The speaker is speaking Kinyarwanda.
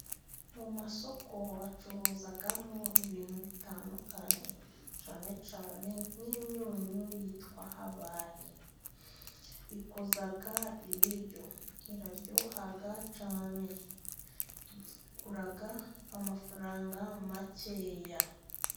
Mu masoko bacuruzamo ibintu bitandukanye cyane cyane nk'imyunyu yitwa habari. Ikoza ibiryo, iraryoha cyane. Igura amafaranga makeya.